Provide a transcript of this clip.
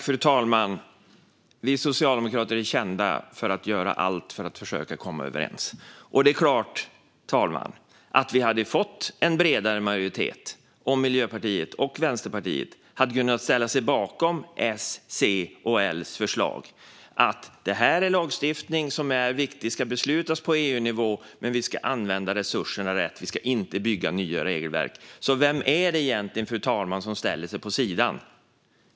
Fru talman! Vi socialdemokrater är kända för att göra allt för att försöka komma överens. Det är klart att vi hade fått en bredare majoritet om Miljöpartiet och Vänsterpartiet hade kunnat ställa sig bakom förslaget från S, C och L om att det här är viktig lagstiftning som ska beslutas på EU-nivå men att vi ska använda resurserna rätt och inte bygga nya regelverk. Fru talman! Vem är det egentligen som ställer sig på sidan?